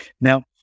Now